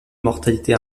mortalité